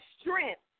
strength